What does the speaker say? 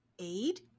Aid